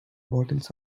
bottles